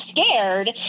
scared